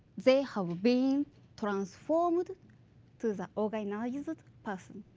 they have been transformed to the organized person.